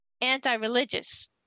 anti-religious